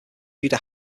tudor